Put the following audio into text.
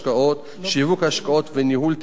שיווק השקעות וניהול תיקי השקעות.